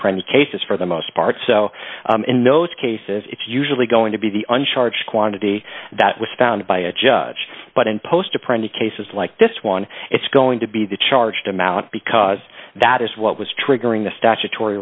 premise cases for the most part so in those cases it's usually going to be the on charge quantity that was found by a judge but in post apprentice cases like this one it's going to be the charged amount because that is what was triggering the statutory